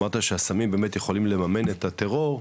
אמרת שהסמים באמת יכולים לממן את הטרור.